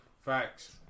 Facts